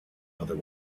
other